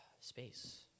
space